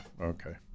Okay